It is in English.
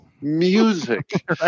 music